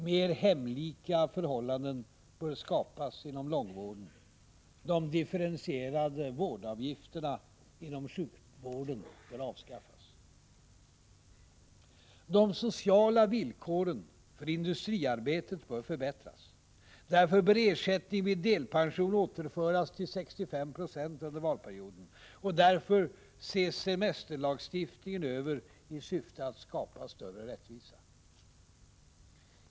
Mer hemlika förhållanden bör skapas inom långvården. De differentierade vårdavgifterna inom sjukvården bör avskaffas. De sociala villkoren för industriarbetet bör förbättras. Därför bör ersättningen vid delpension återföras till 65 96 under valperioden, och därför ses semesterlagstiftningen över i syfte att skapa större rättvisa.